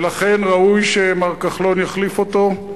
ולכן, ראוי שמר כחלון יחליף אותו.